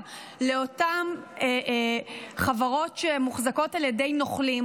לאותן חברות שמוחזקות על ידי נוכלים,